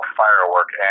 firework